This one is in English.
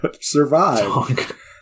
survive